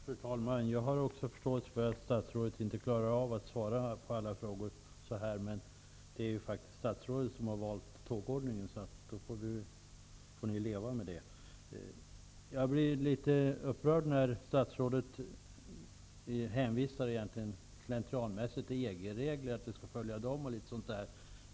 Fru talman! Jag har också förståelse för att statsrådet inte klarar av att svara på alla frågor så här, men det är faktiskt statsrådet som har valt tågordningen -- då får Ni leva med det! Jag blir litet upprörd när statsrådet slentrianmässigt hänvisar till att vi skall följa EG-regler.